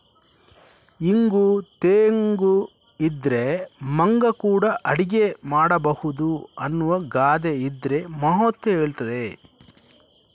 ಇಂಗು ತೆಂಗು ಇದ್ರೆ ಮಂಗ ಕೂಡಾ ಅಡಿಗೆ ಮಾಡ್ಬಹುದು ಅನ್ನುವ ಗಾದೆ ಇದ್ರ ಮಹತ್ವ ಹೇಳ್ತದೆ